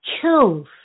kills